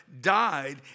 died